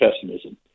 pessimism